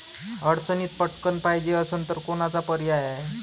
अडचणीत पटकण पायजे असन तर कोनचा पर्याय हाय?